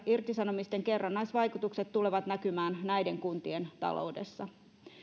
irtisanomisten kerrannaisvaikutukset tulevat näkymään näiden kuntien taloudessa